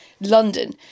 London